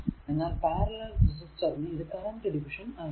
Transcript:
എന്നാൽ പാരലൽ റെസിസ്റ്ററിനു ഇത് കറന്റ് ഡിവിഷൻ ആയിരിക്കും